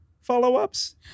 follow-ups